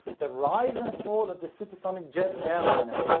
the rise and fall of the supersonic jet airliner,